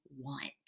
want